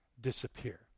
disappear